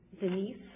Denise